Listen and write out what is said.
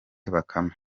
bakame